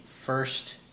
first